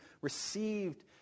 received